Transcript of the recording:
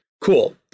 Cool